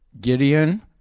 Gideon